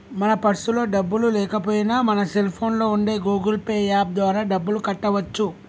మన పర్సులో డబ్బులు లేకపోయినా మన సెల్ ఫోన్లో ఉండే గూగుల్ పే యాప్ ద్వారా డబ్బులు కట్టవచ్చు